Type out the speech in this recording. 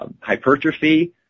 hypertrophy